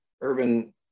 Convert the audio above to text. urban